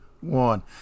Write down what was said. one